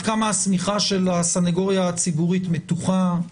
כמה השמיכה של הסנגוריה הציבורית מתוחה,